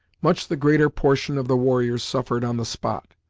much the greater portion of the warriors suffered on the spot.